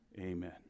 Amen